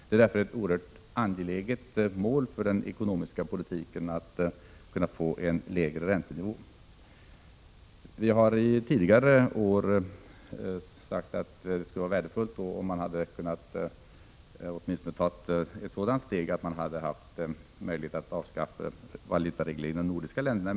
Det är därför ett oerhört angeläget mål för den ekonomiska politiken att få en lägre räntenivå. Vi har under tidigare år sagt att det skulle vara värdefullt om man avskaffade valutaregleringen åtminstone mellan de nordiska länderna.